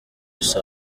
wacu